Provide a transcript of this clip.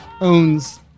owns